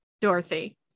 Dorothy